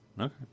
Okay